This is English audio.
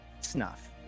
snuff